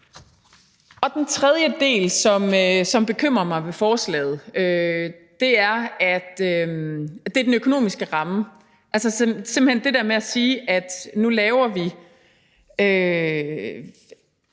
Den tredje del, som bekymrer mig ved forslaget, er den økonomiske ramme, altså simpelt hen det der med at sige, at nu laver vi